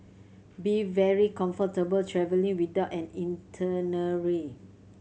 be very comfortable travelling without an itinerary